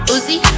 Uzi